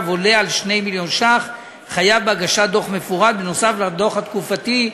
עולה על 2 מיליון ש"ח חייב בהגשת דוח מפורט נוסף על הדוח התקופתי.